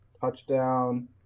touchdown